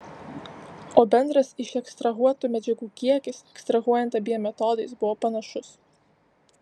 o bendras išekstrahuotų medžiagų kiekis ekstrahuojant abiem metodais buvo panašus